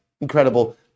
Incredible